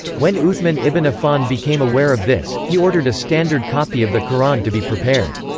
when uthman ibn affan became aware of this, he ordered a standard copy of the quran to be prepared.